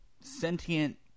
sentient